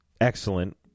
excellent